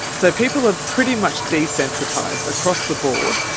so people are pretty much desensitised across the board,